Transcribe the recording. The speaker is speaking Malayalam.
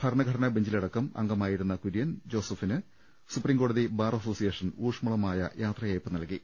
ഭരണഘ ടനാ ബഞ്ചിലടക്കം അംഗമായിരുന്ന കുര്യൻ ജോസഫിന് സുപ്രീം കോടതി ബാർ അസോസിയേഷൻ ഊഷ്മളമായ യാത്രയയപ്പ് നൽകി